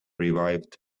revived